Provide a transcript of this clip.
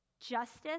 justice